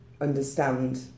understand